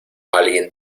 alguien